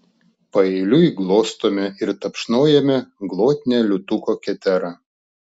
paeiliui glostome ir tapšnojame glotnią liūtuko keterą